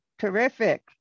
terrific